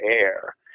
air